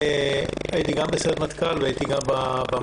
הייתי גם בסיירת מטכ"ל וגם במוסד.